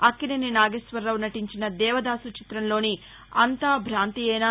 అక్మినేని నాగేశ్వరరావు నటించిస దేవదాస్ చిత్రంలోని అంతా భ్రాంతియేనా